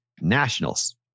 Nationals